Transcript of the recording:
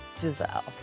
Giselle